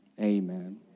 Amen